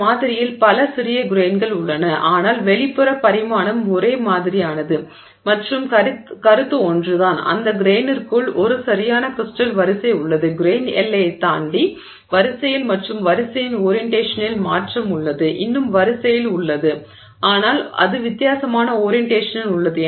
இந்த மாதிரியில் பல சிறிய கிரெய்ன்கள் உள்ளன ஆனால் வெளிப்புற பரிமாணம் ஒரே மாதிரியானது மற்றும் கருத்து ஒன்றுதான் அந்த கிரெய்னிற்குள் ஒரு சரியான கிரிஸ்டல் வரிசை உள்ளது கிரெய்ன் எல்லையைத் தாண்டி வரிசையில் மற்றும் வரிசையின் ஓரியன்டேஷனில் மாற்றம் உள்ளது இன்னும் வரிசையில் உள்ளது ஆனால் அது வித்தியாசமான ஓரியன்டேஷனில் உள்ளது